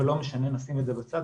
אבל נשים את זה בצד,